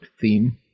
theme